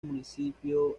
municipio